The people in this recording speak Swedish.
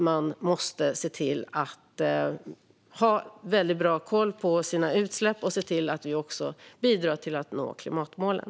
Man måste se till att ha väldigt bra koll på sina utsläpp och se till att man bidrar till att nå klimatmålen.